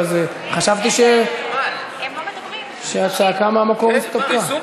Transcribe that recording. חשבתי שהצעקה מהמקום, נו,